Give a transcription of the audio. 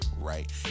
right